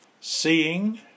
Seeing